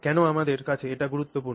কেন আমাদের কাছে এটি গুরুত্বপূর্ণ